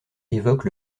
évoque